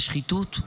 לשחיתות,